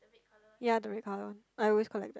ya the red colour one I always collect that